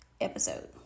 episode